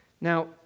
Now